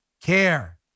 care